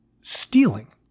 stealing